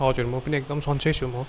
हजुर म पनि एकदम सन्चै छु म